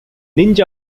ninja